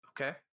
Okay